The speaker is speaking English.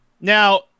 Now